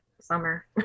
summer